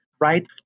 right